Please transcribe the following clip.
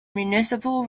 municipal